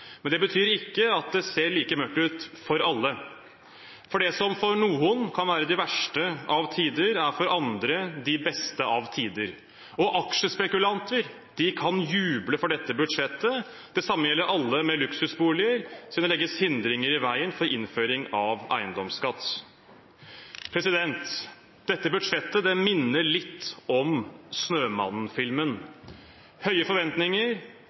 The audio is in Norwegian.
men det betyr ikke at det ser like mørkt ut for alle. Det som for noen kan være de verste av tider, er for andre de beste av tider. Aksjespekulanter kan juble for dette budsjettet. Det samme gjelder alle med luksusboliger, siden det legges hindringer i veien for innføring av eiendomsskatt. Dette budsjettet minner litt om «Snømannen»-filmen: høye forventninger,